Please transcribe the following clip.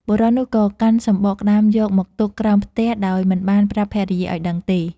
បុរសនោះ ក៏កាន់សំបកក្ដាមយកមកទុកក្រោមផ្ទះដោយមិនបានប្រាប់ភរិយាឲ្យដឹងទេ។